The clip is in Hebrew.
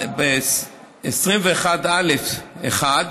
סעיף 21(א1)